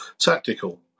tactical